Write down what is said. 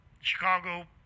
Chicago